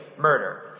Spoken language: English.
murder